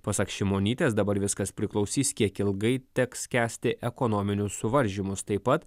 pasak šimonytės dabar viskas priklausys kiek ilgai teks kęsti ekonominius suvaržymus taip pat